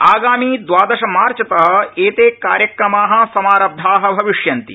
आगामी द्वादशमार्चत एते कार्यक्रमा समारब्धा भविष्यन्ति